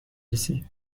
رسی